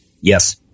Yes